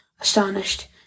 astonished